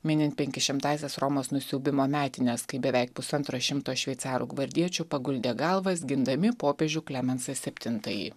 minint penkišimtąsias romos nusiaubimo metines kai beveik pusantro šimto šveicarų gvardiečių paguldė galvas gindami popiežių klemensą septintąjį